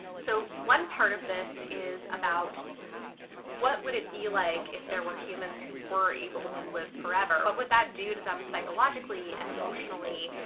so one part of this is about what would it be like if there were humans who were able to live forever? what would that do to them psychologically and emotionally,